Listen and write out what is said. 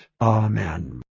Amen